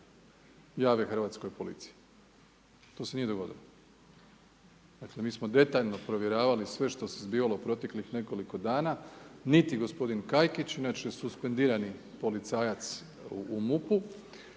jave hrvatskoj policiji. To se nije dogodilo. Dakle, mi smo detaljno provjeravali sve što se zbivalo proteklih nekoliko dana. Niti gospodin Kajkić, inače suspendirani policajac u MUP-u,